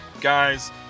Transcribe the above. Guys